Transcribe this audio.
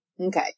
Okay